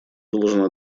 должен